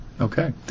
Okay